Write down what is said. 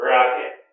Rocket